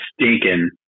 stinking